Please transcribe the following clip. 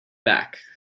back